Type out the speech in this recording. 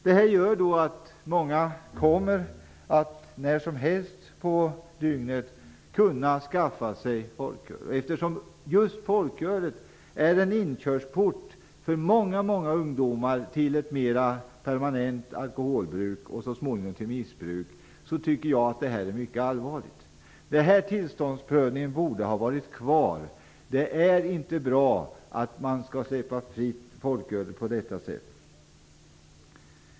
Det gör att många kommer att kunna skaffa sig folköl när som helst på dygnet. Eftersom just folkölet för många ungdomar är en inkörsport till ett mer permanent alkoholbruk och så småningom missbruk tycker jag att detta är mycket allvarligt. Tillståndsprövningen borde vara kvar. Det är inte bra att släppa folkölet fritt på detta sätt.